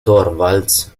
torvalds